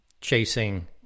chasing